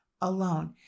alone